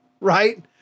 Right